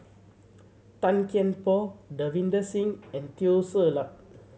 Tan Kian Por Davinder Singh and Teo Ser Luck